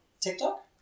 TikTok